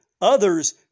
others